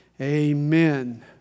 Amen